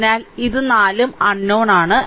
അതിനാൽ ഇത് 4 അൺനോൺ ആണ്